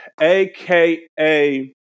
AKA